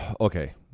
okay